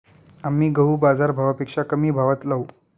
आम्ही गहू बाजारभावापेक्षा कमी भावात लावू